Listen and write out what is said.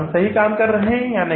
हम सही काम कर रहे हैं या नहीं